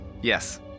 Yes